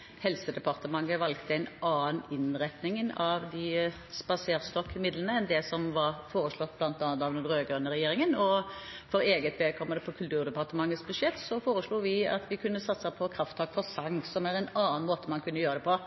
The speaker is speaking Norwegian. valgte Helse- og omsorgsdepartementet en annen innretning av disse spaserstokkmidlene enn det som var foreslått av den rød-grønne regjeringen. Og når det gjelder Kulturdepartementets budsjett, foreslo vi å satse på Krafttak for sang, som er en annen måte å gjøre det på.